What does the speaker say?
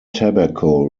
tobacco